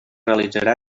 realitzarà